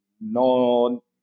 No